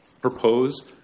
propose